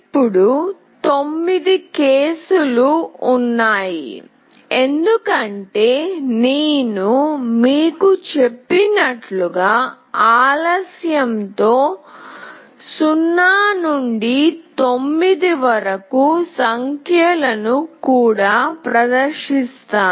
ఇప్పుడు 9 కేసులు ఉన్నాయి ఎందుకంటే నేను మీకు చెప్పినట్లుగా ఆలస్యం తో 0 నుండి 9 వరకు సంఖ్యలను కూడా ప్రదర్శిస్తాను